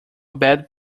bad